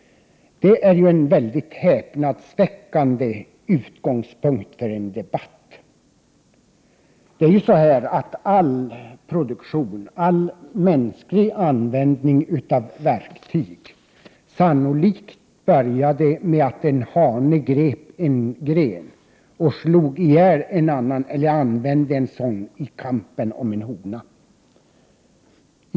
Detta är en mycket häpnadsväckande utgångspunkt i en debatt. All produktion, all mänsklig användning av verktyg, började sannolikt med att en hane grep tag i en gren och använde den i kampen om en hona.